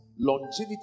longevity